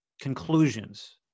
conclusions